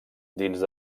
dins